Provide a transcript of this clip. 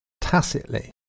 tacitly